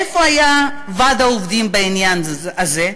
איפה היה ועד העובדים בעניין הזה?